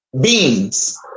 Beans